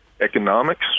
economics